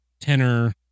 tenor